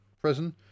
prison